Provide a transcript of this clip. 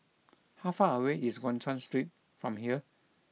how far away is Guan Chuan Street from here